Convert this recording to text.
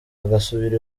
bagasubira